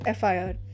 FIR